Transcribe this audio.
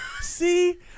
See